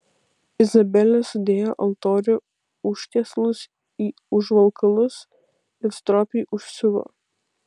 izabelė sudėjo altorių užtiesalus į užvalkalus ir stropiai užsiuvo